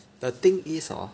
the thing is hor